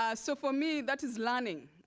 ah so for me, that is learning.